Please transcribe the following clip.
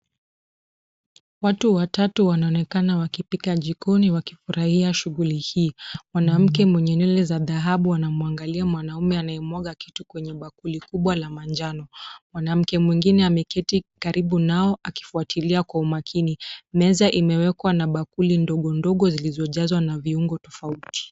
Watu watatu wanaonekana wakipima jikoni wakifurahia shughuli hii. Mwanamke mwenye nywele za dhahabu anamwamgalia mwanaume anayemwaga kitu kwenye bakuli kubwa la manjano. Mwanamke mwingine ameketi karibu nao akifuatilia Kwa umaakini. Meza imewekwa na bakuli ndogo ndogo zilizojaa na viungo tofauti.